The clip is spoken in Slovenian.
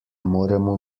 moremo